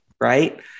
right